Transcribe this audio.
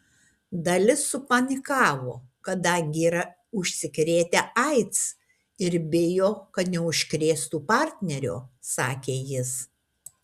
dalis supanikavo kadangi yra užsikrėtę aids ir bijo kad neužkrėstų partnerio sakė jis